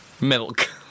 milk